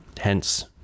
hence